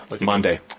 Monday